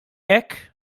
hekk